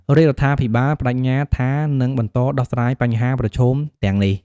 រាជរដ្ឋាភិបាលប្តេជ្ញាថានឹងបន្តដោះស្រាយបញ្ហាប្រឈមទាំងនេះ។